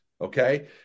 okay